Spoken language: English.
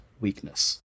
weakness